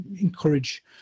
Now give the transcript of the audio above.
encourage